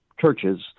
churches